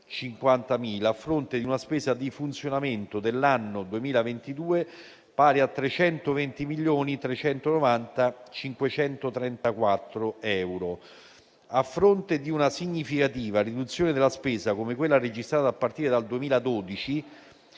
a fronte di una spesa di funzionamento dell'anno 2022 pari a 320.390.534 euro. A fronte di una significativa riduzione della spesa, come quella registrata a partire dal 2012,